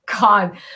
God